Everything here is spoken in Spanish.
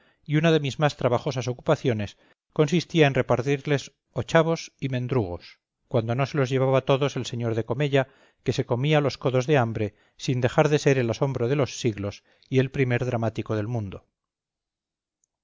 y una de mis más trabajosas ocupaciones consistía en repartirles ochavos y mendrugos cuando no se los llevaba todos el señor de comella que se comía los codos de hambre sin dejar de ser el asombro de los siglos y el primer dramático del mundo